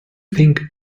think